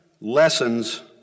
lessons